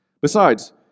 Besides